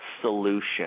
solution